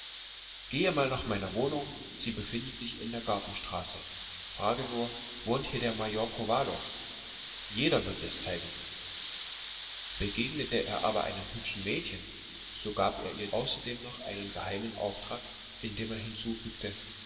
gehe mal nach meiner wohnung sie befindet sich in der gartenstraße frage nur wohnt hier der major kowalow jeder wird dir's zeigen begegnete er aber einem hübschen mädchen so gab er ihr außerdem noch einen geheimen auftrag indem er hinzufügte